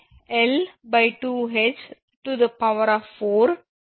𝑊𝐿2𝐻 4⋯ −1 என கிடைக்கும்